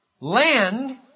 Land